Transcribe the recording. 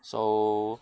so